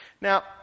Now